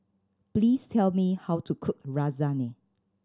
please tell me how to cook Lasagne